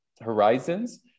horizons